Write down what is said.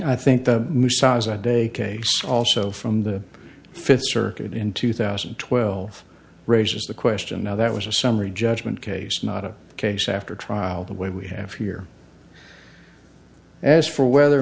i think the day also from the fifth circuit in two thousand and twelve raises the question now that was a summary judgment case not a case after trial the way we have here as for whether